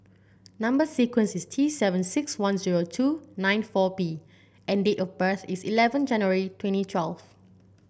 number sequence is T seven six one zero two nine four B and date of birth is eleven January twenty twelve